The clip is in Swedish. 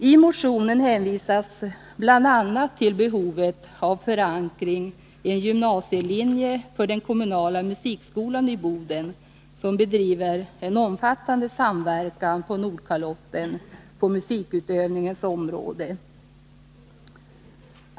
I motionen hänvisas bl.a. till behovet av förankring i en gymnasielinje för den kommunala musikskolan i Boden, som bedriver en omfattande samverkan på Nordkalotten på musikutövningens område.